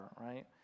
right